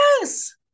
Yes